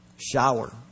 shower